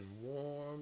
warm